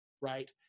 right